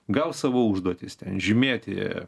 gaus savo užduotis ten žymėti